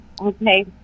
Okay